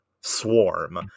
swarm